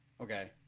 Okay